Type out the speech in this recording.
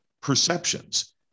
perceptions